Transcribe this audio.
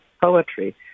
poetry